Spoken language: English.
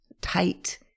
tight